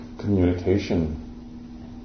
communication